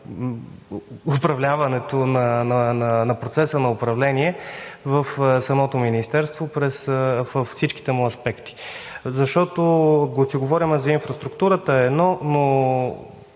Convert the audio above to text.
на ревизия на процеса на управление в самото Министерство във всичките му аспекти? Защото, ако си говорим за инфраструктурата, е едно, но